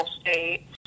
state